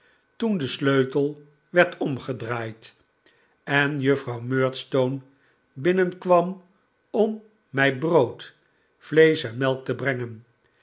toen de sleutel werd omgedraaid en juffrouw murdstone binnenkwam om mij brood vleesch en melk te brengen